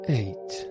eight